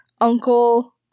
uncle